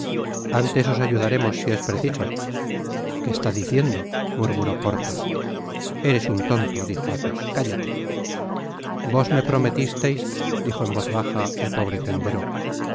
antes os ayudaremos si es preciso qué está diciendo murmuró porthos eres un tonto dijo athos cállate vos me prometisteis dijo en voz baja el pobre tendero